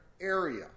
area